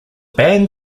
band